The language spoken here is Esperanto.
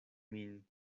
min